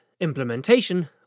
Implementation